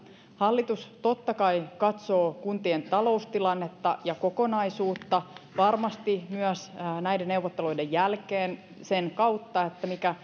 hallitus totta kai katsoo kuntien taloustilannetta ja kokonaisuutta varmasti myös näiden neuvottelujen jälkeen sen kautta mikä